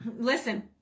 listen